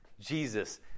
jesus